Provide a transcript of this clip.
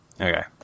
Okay